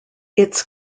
its